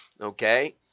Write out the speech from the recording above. Okay